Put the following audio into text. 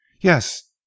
Yes